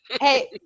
Hey